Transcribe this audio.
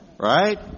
Right